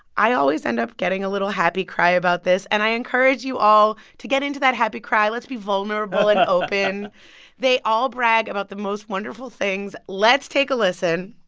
i always end up getting a little happy cry about this, and i encourage you all to get into that happy cry. let's be vulnerable and open they all brag about the most wonderful things. let's take a listen